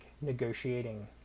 negotiating